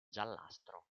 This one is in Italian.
giallastro